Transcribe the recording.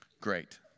Great